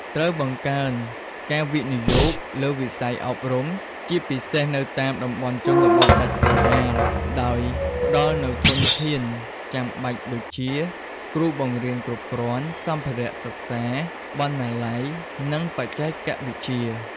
ត្រូវបង្កើនការវិនិយោគលើវិស័យអប់រំ ជាពិសេសនៅតាមតំបន់ជនបទដាច់ស្រយាល ដោយផ្តល់នូវធនធានចាំបាច់ដូចជា គ្រូបង្រៀនគ្រប់គ្រាន់ សម្ភារៈសិក្សា បណ្ណាល័យ និងបច្ចេកវិទ្យា។